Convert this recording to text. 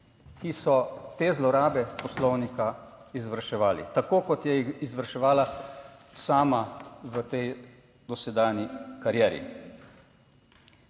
ki so te zlorabe poslovnika izvrševali tako kot je izvrševala sama v tej dosedanji karieri.